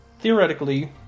theoretically